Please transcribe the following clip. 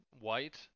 white